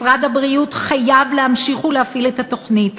משרד הבריאות חייב להמשיך ולהפעיל את התוכנית,